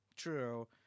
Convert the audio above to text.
true